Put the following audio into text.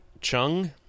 Chung